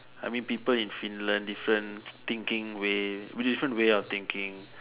I mean people in Finland different thinking way different way of thinking